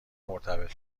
مرتبط